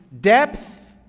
Depth